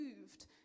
moved